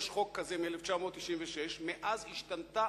יש חוק כזה מ-1996, מאז השתנתה